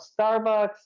starbucks